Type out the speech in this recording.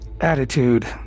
attitude